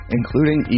including